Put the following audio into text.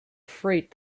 freight